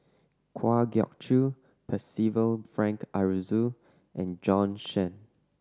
Kwa Geok Choo Percival Frank Aroozoo and Jorn Shen